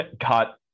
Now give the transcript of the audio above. got